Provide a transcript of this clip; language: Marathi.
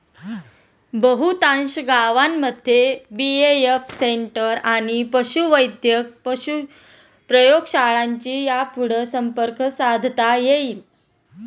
बहुतांश गावांमध्ये बी.ए.एफ सेंटर आणि पशुवैद्यक प्रयोगशाळांशी यापुढं संपर्क साधता येईल